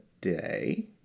day